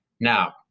Now